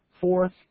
Fourth